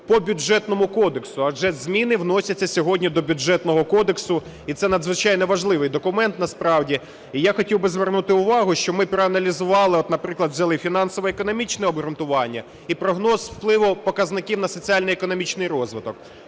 по Бюджетному кодексу, адже зміни вносяться сьогодні до Бюджетного кодексу, і це надзвичайно важливий документ насправді. І я хотів би звернути увагу, що ми проаналізували, от, наприклад, взяли фінансово-економічне обґрунтування і прогноз впливу показників на соціально-економічний розвиток.